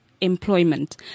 employment